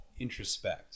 introspect